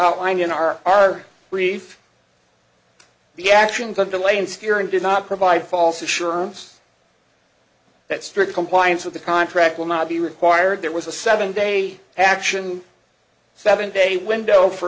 outlined in our our brief the actions of delay in steering did not provide false assurance that strict compliance with the contract will not be required there was a seven day action seven day window for